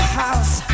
house